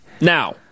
Now